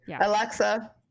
Alexa